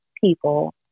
people